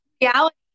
reality